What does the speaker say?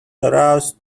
aroused